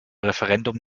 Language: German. referendum